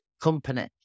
company